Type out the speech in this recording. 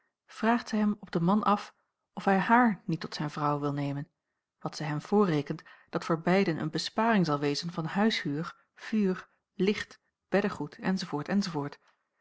vraagt zij hem op den man af of hij haar niet tot vrouw wil nemen wat zij hem voorrekent dat voor beiden een besparing zal wezen van huishuur vuur licht beddegoed